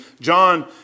John